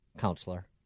counselor